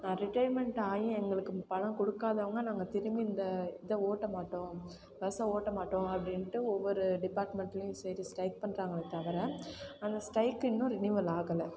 நான் ரிட்டயர்மெண்ட் ஆகியும் எங்களுக்கு பணம் குடுக்காதவங்க நாங்கள் திரும்பி இந்த இதை ஓட்ட மாட்டோம் பஸ்ஸை ஓட்ட மாட்டோம் அப்படின்ட்டு ஒவ்வொரு டிப்பார்ட்மெண்ட்லேயும் சரி ஸ்ட்ரைக் பண்ணுறாங்களே தவிர அந்த ஸ்ட்ரைக்கு இன்னும் ரினீவல் ஆகலை